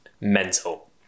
mental